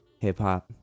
hip-hop